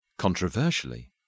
Controversially